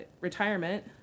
retirement